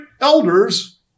elders